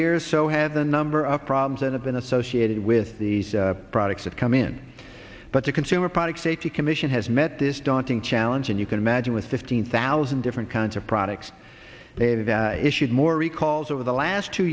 years so had the number of problems that have been associated with the the products that come in but the consumer products safety commission has met this daunting challenge and you can imagine with fifteen thousand different kinds of products they've issued more recalls over the last two